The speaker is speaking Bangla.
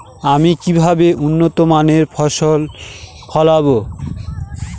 আমি কিভাবে উন্নত মানের ফসল ফলাব?